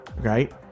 right